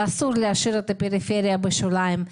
אסור להשאיר את הפריפריה בשוליים.